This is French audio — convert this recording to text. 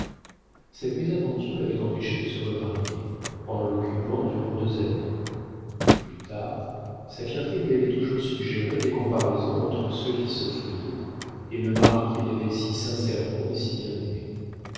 cette mésaventure l'avait empêchée de se remarier en l'occupant durant deux années plus tard sa fierté lui avait toujours suggéré des comparaisons entre ceux qui s'offrirent et le mari qui l'avait si sincèrement et si bien aimée